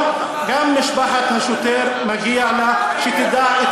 גם משפחת השוטר, מגיע לה שתדע את